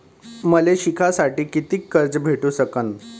मले शिकासाठी कितीक कर्ज भेटू सकन?